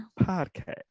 podcast